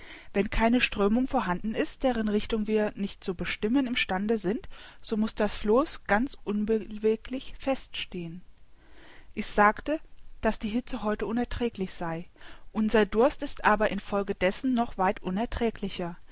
wenn keine strömung vorhanden ist deren richtung wir nicht zu bestimmen im stande sind so muß das floß ganz unbeweglich fest stehen ich sagte daß die hitze heute unerträglich sei unser durst ist aber in folge dessen noch weit unerträglicher